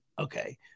okay